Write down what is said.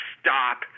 stop